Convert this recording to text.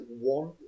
one